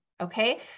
okay